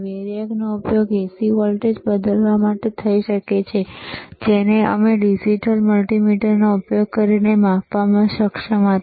વેરિએકનો ઉપયોગ AC voltage બદલવા માટે થઈ શકે છે જેને અમે ડિજિટલ મલ્ટિમીટરનો ઉપયોગ કરીને માપવામાં સક્ષમ હતા